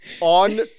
on